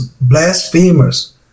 blasphemers